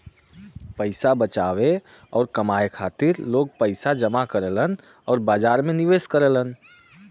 पैसा बचावे आउर कमाए खातिर लोग पैसा जमा करलन आउर बाजार में निवेश करलन